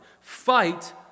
fight